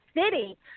city